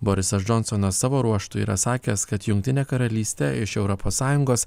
borisas džonsonas savo ruožtu yra sakęs kad jungtinę karalystę iš europos sąjungos